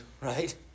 right